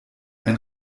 ein